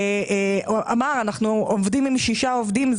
אמר: אנו עובדים עם שישה עובדים.